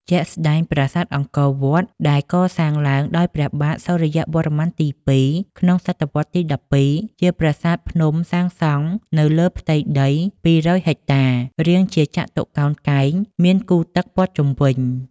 ជាក់ស្តែងប្រាសាទអង្គរវត្ត ដែលកសាងឡើងដោយព្រះបាទ សូរ្យវរ្ម័នទី ២ ក្នុងសតវត្សទី១២ ជាប្រាសាទភ្នំសាងសង់នៅលើផ្ទៃដី២០០ហិចតា រាងជាចតុកោណកែង មានគូទឹកព័ទ្ធជុំវិញ។